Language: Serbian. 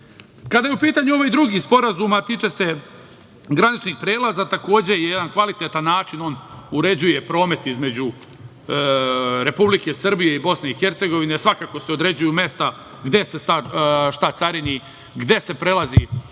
je u pitanju ovaj drugi sporazum, a tiče se graničnih prelaza, takođe, na jedan kvalitetan način on uređuje promet između Republike Srbije i BiH. Svakako se određuju mesta gde se šta carini, gde se prelazi